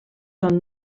són